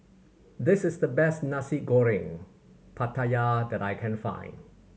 this is the best Nasi Goreng Pattaya that I can find